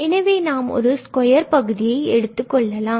எனவே நாம் ஒரு ஸ்கொயர் பகுதியை எடுத்துக் கொள்ளலாம்